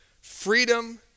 Freedom